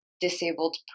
disabled